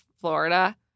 Florida